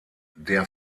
der